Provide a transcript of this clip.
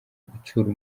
gutsura